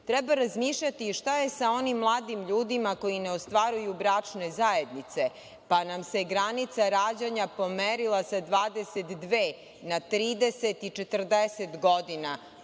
treba razmišljati i šta je sa onim mladim ljudima koji ne ostvaruju bračne zajednice, pa nam se granica rađanja pomerila sa 22 na 30 i 40 godina